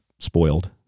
Spoiled